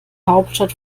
hauptstadt